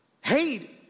Hate